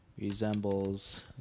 resembles